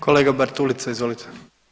Kolega Bartulica izvolite.